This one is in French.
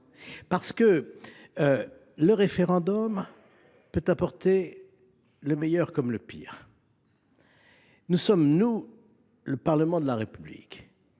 parce que le référendum peut apporter le meilleur comme le pire… Nous sommes le Parlement de la République.